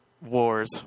wars